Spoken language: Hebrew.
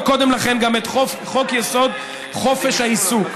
וקודם לכן גם את חוק-יסוד: חופש העיסוק,